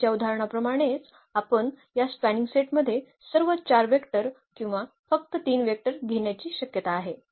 आधीच्या उदाहरणाप्रमाणेच आपल्या या स्पॅनिंग सेटमध्ये सर्व 4 वेक्टर किंवा फक्त 3 वेक्टर घेण्याची शक्यता आहे